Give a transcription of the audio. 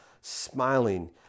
smiling